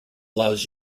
allows